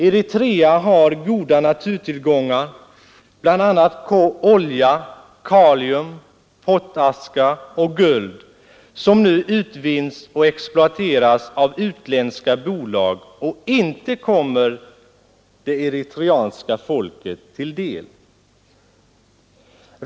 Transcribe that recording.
Eritrea har goda naturtillgångar, bl.a. olja, kalium, pottaska och guld, som nu utvinns och exploateras av utländska bolag och inte kommer det eritreanska folket till del.